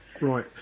Right